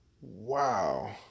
wow